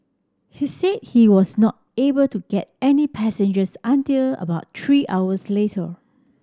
he said he was not able to get any passengers until about three hours later